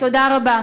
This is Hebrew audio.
תודה רבה.